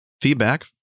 feedback